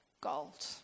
gold